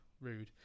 rude